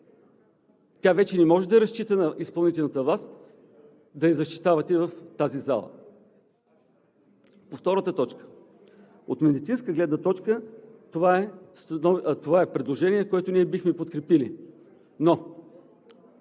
тя вече не може да разчита на изпълнителната власт да я защитава в тази зала. По втората точка. От медицинска гледна точка това е предложение, което ние бихме подкрепили, но